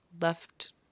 Left